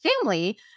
family